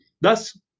Thus